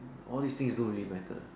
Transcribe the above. all this thing don't really matter